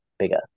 bigger